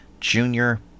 Junior